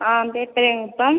ஆ பேர்பெரியான் குப்பம்